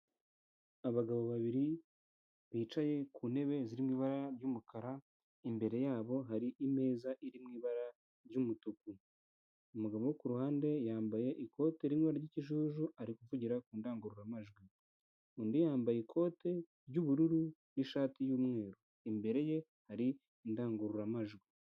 Abagabo babiri bicaye ku ntebe ziri mu ibara ry'umukara, imbere yabo hari imeza iri mu ibara ry'umutuku. Umugabo wo ku ruhande yambaye ikote ririmo ibara ry'ikijuju, ari kuvugira ku ndangururamajwi. Undi yambaye ikote ry'ubururu n'ishati y'umweru. Imbere ye hari indangururamajwi.